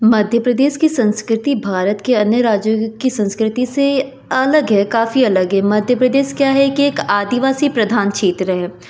मध्य प्रदेश की संस्कृति भारत के अन्य राज्यों की संस्कृति से अलग है काफ़ी अलग है मध्य प्रदश क्या है कि एक आदिवासी प्रधान क्षेत्र है